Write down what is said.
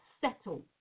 settle